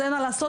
אין מה לעשות,